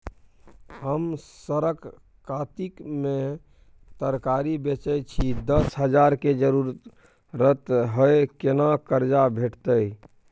हम सरक कातिक में तरकारी बेचै छी, दस हजार के जरूरत हय केना कर्जा भेटतै?